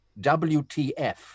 WTF